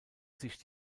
sich